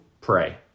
pray